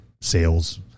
sales